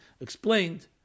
explained